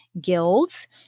Guilds